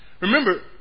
Remember